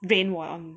brainwash